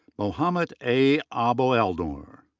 mohammed a aboelnour.